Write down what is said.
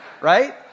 Right